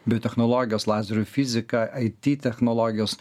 biotechnologijos lazerių fizika it technologijos